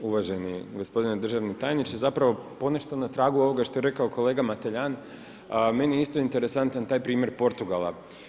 Uvaženi gospodine državni tajniče, zapravo ponešto na tragu ovoga što je rekao kolega Mateljan, meni je isto interesantan taj primjer Portugala.